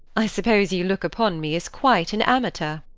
i suppose you look upon me as quite an amateur.